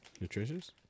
Nutritious